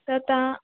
त तव्हां